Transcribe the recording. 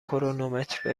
کرونومتر